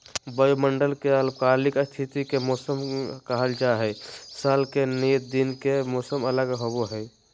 वायुमंडल के अल्पकालिक स्थिति के मौसम कहल जा हई, साल के नियत दिन के मौसम अलग होव हई